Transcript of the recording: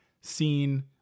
seen